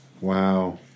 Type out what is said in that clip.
Wow